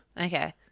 Okay